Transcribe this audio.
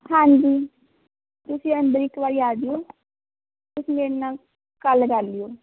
ਹਾਂਜੀ ਤੁਸੀਂ ਅੰਦਰ ਇੱਕ ਵਾਰੀ ਆ ਜਿਓ ਤੁਸੀਂ ਮੇਰੇ ਨਾਲ ਗੱਲ ਕਰ ਲਿਓ